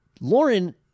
Lauren